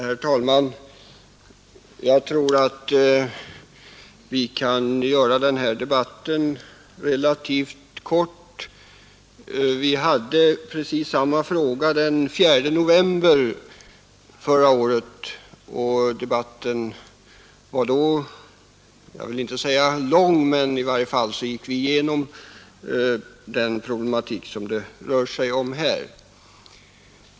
Herr talman! Jag tror att vi kan göra denna debatt relativt kort. Vi hade precis samma fråga uppe till behandling den 4 november förra året, och även om vi då kanske inte hade en lång debatt gick vi igenom den problematik det här rör sig om.